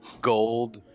gold